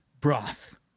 broth